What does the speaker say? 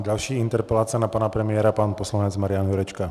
Další interpelace na pana premiéra pan poslanec Marian Jurečka.